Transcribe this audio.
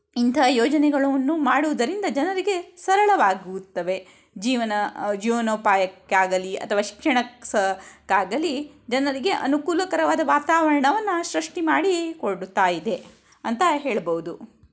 ಇಂತಹ ಯೋಜನೆಗಳನ್ನು ಮಾಡುವುದರಿಂದ ಜನರಿಗೆ ಸರಳವಾಗುತ್ತವೆ ಜೀವನ ಜೀವನೋಪಾಯಕ್ಕೆ ಆಗಲಿ ಅಥವಾ ಶಿಕ್ಷಣ ಸ ಕ್ಕಾಗಲಿ ಜನರಿಗೆ ಅನುಕೂಲಕರವಾದ ವಾತಾವರಣವನ್ನು ಸೃಷ್ಟಿ ಮಾಡಿಕೊಡುತ್ತಾ ಇದೆ ಅಂತ ಹೇಳ್ಬೋದು